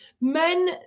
Men